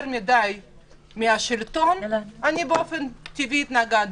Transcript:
מדי מהשלטון אני באופן טבעי התנגדתי,